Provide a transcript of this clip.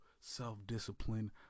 self-discipline